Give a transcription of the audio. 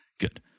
Good